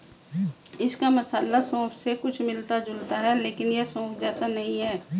इसका मसाला सौंफ से कुछ मिलता जुलता है लेकिन यह सौंफ जैसा नहीं है